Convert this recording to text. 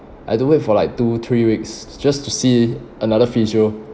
I had to wait for like two three weeks just to see another physio